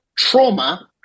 trauma